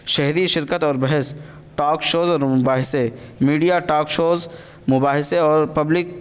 شہری شرکت اور بحث ٹاک شوز اور مباحثے میڈیا ٹاک شوز مباحثے اور پبلک